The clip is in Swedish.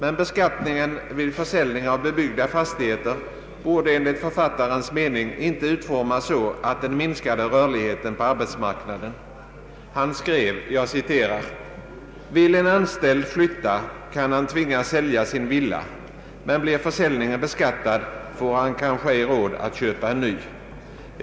Men beskattningen vid försäljningen av bebyggda fastigheter borde enligt författarens mening inte utformas så att den minskade rörligheten på arbetsmarknaden. Han skrev: ”Vill en anställd flytta, kan han tvingas sälja sin villa, men blir försäljningen beskattad, får han kanske ej råd att köpa en ny.